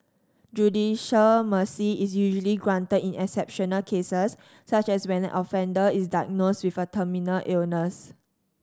judicial mercy is usually granted in exceptional cases such as when an offender is diagnosed with a terminal illness